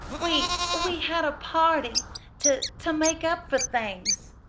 we we had a party to to make up for things,